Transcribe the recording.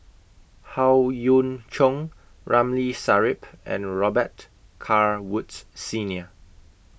Howe Yoon Chong Ramli Sarip and Robet Carr Woods Senior